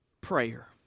prayer